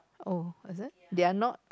oh is it they are not